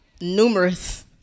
numerous